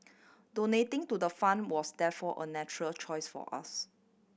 donating to the fund was therefore a natural choice for us